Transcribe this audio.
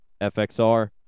FXR